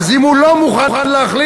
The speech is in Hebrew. אז אם הוא לא מוכן להחליט,